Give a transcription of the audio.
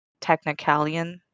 technicalian